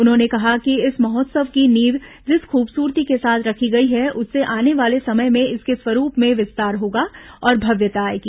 उन्होंने कहा कि इस महोत्सव की नींव जिस खूबसूरती के साथ रखी गई है उससे आने वाले समय में इसके स्वरूप में विस्तार होगा और भव्यता आएगी